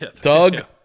Doug